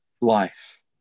life